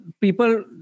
people